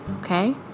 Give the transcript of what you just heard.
okay